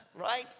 right